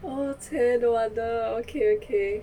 oh !chey! no wonder okay okay